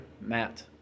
Matt